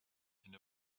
and